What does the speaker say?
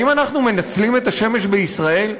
האם אנחנו מנצלים את השמש בישראל?